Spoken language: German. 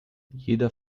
jeder